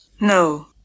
No